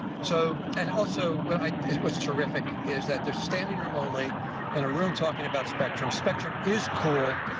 so and also, what's terrific is that there's standing room only in a room talking about spectrum. spectrum is cool.